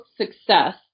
success